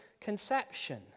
conception